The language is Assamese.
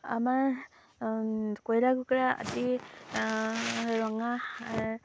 আমাৰ কইলা কুকুৰা আদি ৰঙা